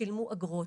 ושילמו אגרות,